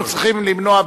אנחנו צריכים למנוע,